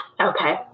okay